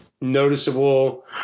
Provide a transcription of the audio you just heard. noticeable